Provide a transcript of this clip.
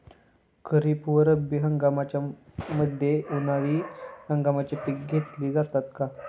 खरीप व रब्बी हंगामाच्या मध्ये उन्हाळी हंगामाची पिके घेतली जातात का?